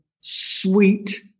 sweet